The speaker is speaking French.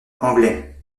anglais